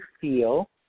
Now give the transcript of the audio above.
feel